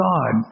God